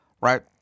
right